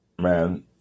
Man